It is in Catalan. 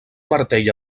martell